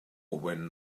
when